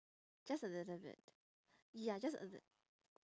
just a little bit ya just a li~